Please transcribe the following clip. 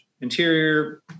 Interior